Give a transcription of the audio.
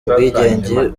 ubwigenge